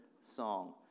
song